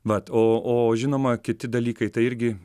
vat o o žinoma kiti dalykai tai irgi